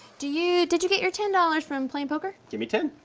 do you, did you get your ten dollars from playin' poker? gimme ten.